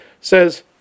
says